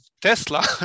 tesla